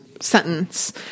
sentence